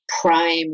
prime